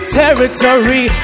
territory